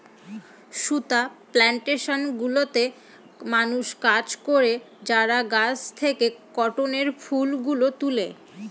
সুতা প্লানটেশন গুলোতে মানুষ কাজ করে যারা গাছ থেকে কটনের ফুল গুলো তুলে